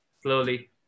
slowly